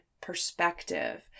perspective